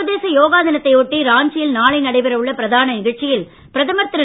சர்வதேச யோகா தினத்தை ஒட்டி ராஞ்சியில் நாளை நடைபெற உள்ள பிரதான நிகழ்ச்சியில் பிரதமர் திரு